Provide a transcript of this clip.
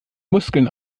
muskeln